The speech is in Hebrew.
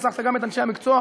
והצלחת גם את אנשי המקצוע,